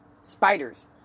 Spiders